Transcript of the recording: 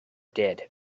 did